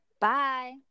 Bye